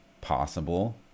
possible